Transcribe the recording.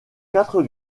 quatre